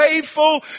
faithful